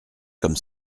comme